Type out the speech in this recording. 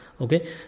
Okay